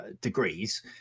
degrees